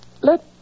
Let